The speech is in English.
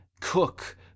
cook